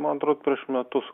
man atrodo prieš metus